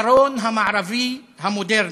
הזיכרון המערבי המודרני.